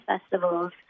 festivals